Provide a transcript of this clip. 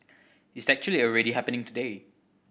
it's actually already happening today